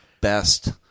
best